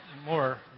more